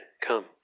Come